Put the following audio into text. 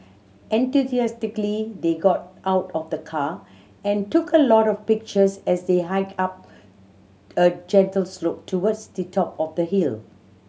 enthusiastically they got out of the car and took a lot of pictures as they hiked up a gentle slope towards the top of the hill